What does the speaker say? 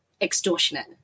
extortionate